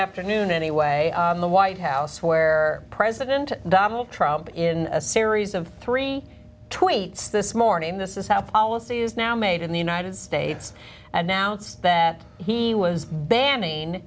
afternoon anyway the white house where president donald trump in a series of three tweets this morning this is how policy is now made in the united states announced that he was banning